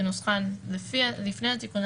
כנוסחן לפני התיקון,